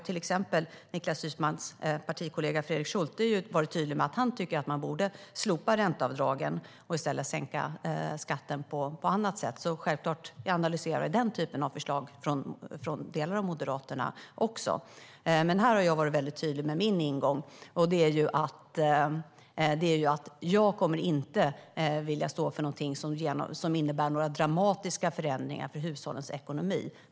Till exempel har Niklas Wykmans partikollega Fredrik Schulte varit tydlig med att han tycker att man borde slopa ränteavdragen och i stället sänka skatten på annat sätt, och självklart analyserar vi också den typen av förslag från delar av Moderaterna. Jag har varit tydlig med min ingång, och det är att jag inte kommer att stå för något som innebär några dramatiska förändringar i hushållens ekonomi.